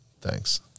thanks